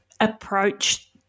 approach